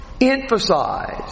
emphasize